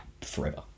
forever